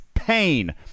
pain